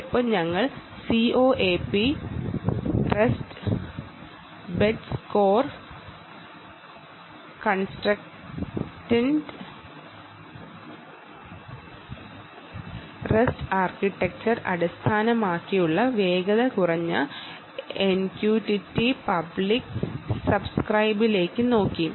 ഞങ്ങൾ COAP rest based core constrained rest architecture അടിസ്ഥാനമാക്കിയുള്ള വേഗത കുറഞ്ഞ NQTT പബ്ലിക് സബ്സ്ക്രൈബിലേക്കും പോയിരുന്നു